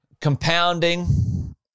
Compounding